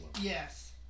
Yes